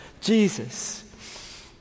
Jesus